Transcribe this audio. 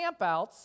campouts